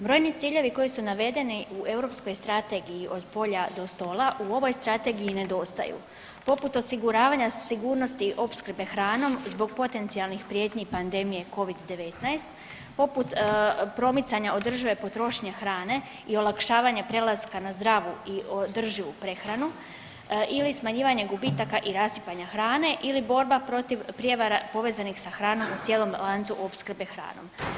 Brojni ciljevi koji su navedeni u europskoj Strategiji „Od polja do stola“ u ovoj strategiji nedostaju poput osiguravanja sigurnosti opskrbe hranom zbog potencijalnih prijetnji pandemije covid-19, poput promicanja održive potrošnje hrane i olakšavanje prelaska na zdravu i održivu prehranu ili smanjivanje gubitaka i rasipanja hrane ili borba protiv prijevara povezanih sa hranom u cijelom lancu opskrbe hranom.